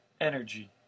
energy